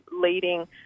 leading